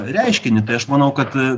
reiškinį tai aš manau kad